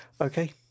okay